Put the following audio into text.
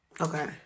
Okay